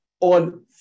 on